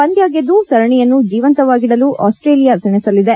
ಪಂದ್ಜ ಗೆದ್ದು ಸರಣಿಯನ್ನು ಜೀವಂತವಾಗಿಡಲು ಆಸ್ಟೇಲಿಯಾ ಸೆಣಸಲಿದೆ